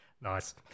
nice